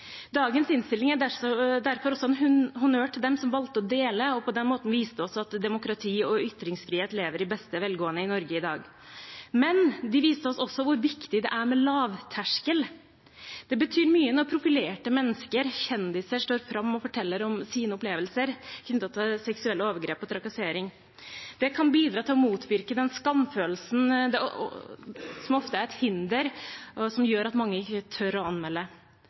Dagens innstilling er derfor også en honnør til dem som valgte å dele, og på den måten viste oss at demokrati og ytringsfrihet lever i beste velgående i Norge i dag. Men de viste oss også hvor viktig det er med lavterskel. Det betyr mye når profilerte mennesker, kjendiser, står fram og forteller om sine opplevelser knyttet til seksuelle overgrep og trakassering. Det kan bidra til å motvirke skamfølelsen, som ofte er et hinder, og som gjør at mange ikke tør å anmelde.